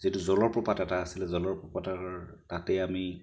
যিটো জলপ্ৰপাত এটা আছিলে জলপ্ৰপাতৰ তাতে আমি